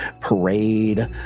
parade